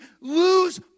lose